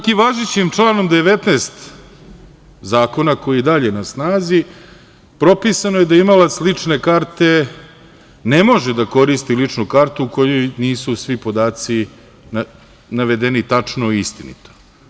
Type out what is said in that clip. Čak i važećim članom 19. zakona, koji je i dalje na snazi, propisano je da imalac lične karte ne može da koristi ličnu kartu u kojoj nisu svi podaci navedeni tačno i istinito.